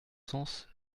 sens